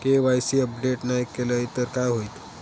KYC update नाय केलय तर काय होईत?